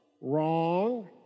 wrong